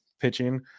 pitching